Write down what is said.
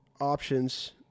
options